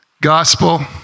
Gospel